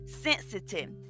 sensitive